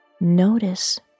Notice